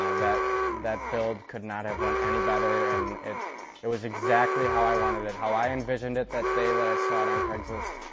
um that that build could not have went any better and it it was exactly how i wanted it, and how i envisioned it that day that i saw it on craigslist.